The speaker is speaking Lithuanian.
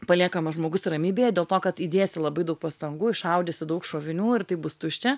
paliekamas žmogus ramybėje dėl to kad įdėsi labai daug pastangų iššaudysi daug šovinių ir tai bus tuščia